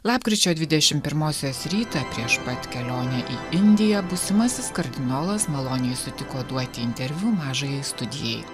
lapkričio dvidešimt pirmosios rytą prieš pat kelionę į indiją būsimasis kardinolas maloniai sutiko duoti interviu mažajai studijai